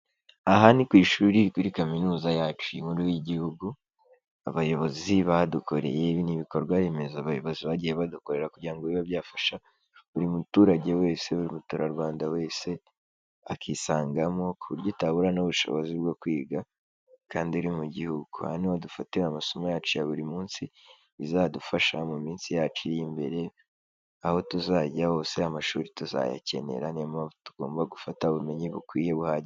Aha ni ku ishuri, kuri kaminuza yacu nkuru y'igihugu abayobozi badukoreye, nibikorwa remezo bagiye badukorera kugirango bibe byafasha buri muturage wese, buri muturarwanda wese akisangamo, ku buryo utabura n'ubushobozi bwo kwiga, kandi mu gihugu. Aha niho dufatira amasomo yacu ya buri munsi azadufasha mu minsi yacu iri imbere, aho tuzajya hose amashuri tuzayakenera niyo mpamvu tugomba gufata ubumenyi bukwiye buhagije.